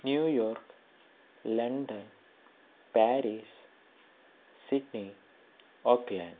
New York London Paris Sydney Oakland